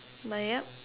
my ya